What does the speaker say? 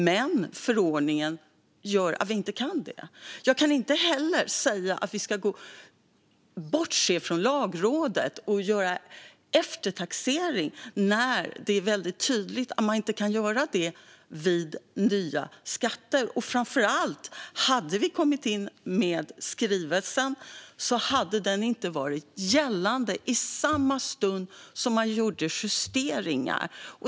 Men förordningen gör att vi inte kan det. Jag kan inte heller säga att vi ska bortse från Lagrådet och göra eftertaxering när det är väldigt tydligt att man inte kan göra det vid nya skatter. Framför allt, om vi hade kommit in med skrivelsen hade den inte varit gällande i samma stund som man gjorde justeringar.